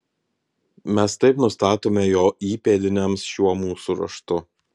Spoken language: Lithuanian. mes taip nustatome jo įpėdiniams šiuo mūsų raštu